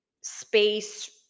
space